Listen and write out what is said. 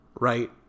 right